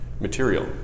material